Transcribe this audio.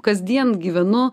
kasdien gyvenu